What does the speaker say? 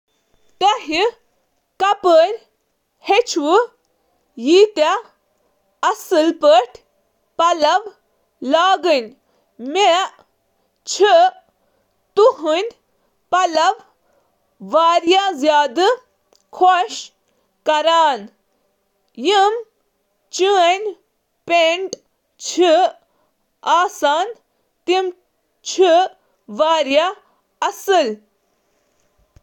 تۄہہِ کِتھ کٔنۍ چھِو ہیٚچھمُت، پلو کِتھ کٔنۍ لاگُن۔ مےٚ گوٚو تُہٕنٛدۍ پَلو وُچھِتھ سٮ۪ٹھاہ خۄش۔ تُہُنٛد پینٹ چُھ ہمیشہٕ واریاہ اصل ۔